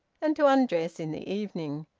and to undress in the evening.